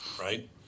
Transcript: right